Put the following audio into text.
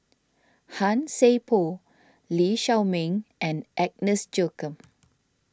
Han Sai Por Lee Shao Meng and Agnes Joaquim